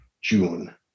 june